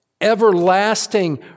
Everlasting